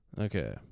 Okay